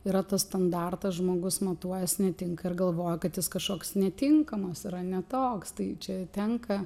yra tas standartas žmogus matuojas netinka ir galvoja kad jis kažkoks netinkamas yra ne toks tai čia tenka